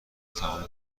تموم